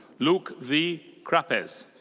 luke v. krapez.